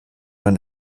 man